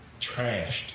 trashed